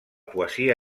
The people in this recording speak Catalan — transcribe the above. poesia